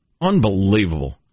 Unbelievable